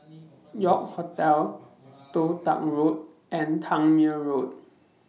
York Hotel Toh Tuck Road and Tangmere Road